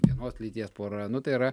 vienos lyties pora nu tai yra